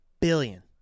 billion